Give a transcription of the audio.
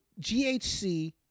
GHC